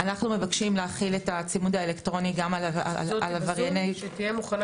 אנחנו מבקשים להחיל את הצימוד האלקטרוני גם על עברייני מין